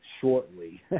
shortly